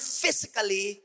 physically